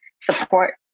support